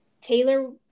Taylor